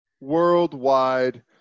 Worldwide